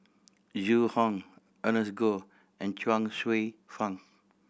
Zhu Hong Ernest Goh and Chuang Hsueh Fang